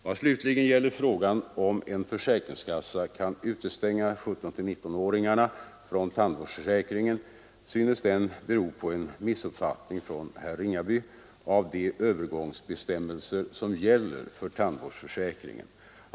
Vad slutligen gäller frågan om en försäkringskassa kan utestänga 17—19-åringarna från tandvårdsförsäkringen, synes den bero på en missuppfattning från herr Ringaby av de övergångsbestämmelser som gäller för tandvårdsförsäkringen.